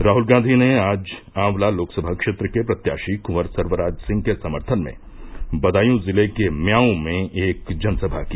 राहुल गांधी ने आज आंवला लोकसभा क्षेत्र के प्रत्याशी कुंवर सर्वराज सिंह के समर्थन में बदायूं जिले के म्याऊं में एक जनसभा की